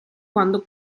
quando